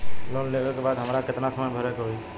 Loan लेवे के बाद हमरा के कितना समय मे भरे के होई?